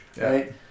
right